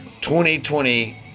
2020